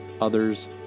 others